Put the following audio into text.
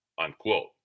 unquote